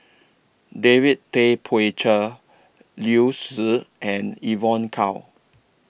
David Tay Poey Cher Liu Si and Evon Kow